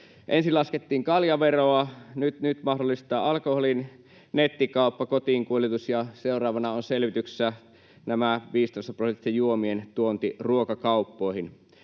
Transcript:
Ensin laskettiin kaljaveroa, nyt mahdollistetaan alkoholin nettikauppa, kotiinkuljetus, ja seuraavana on selvityksessä 15-prosenttisten juomien tuonti ruokakauppoihin.